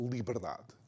Liberdade